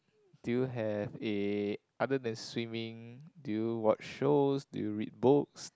do you have eh other than swimming do you watch shows do you read books